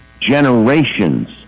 generations